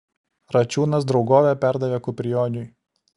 račiūnas draugovę perdavė kuprioniui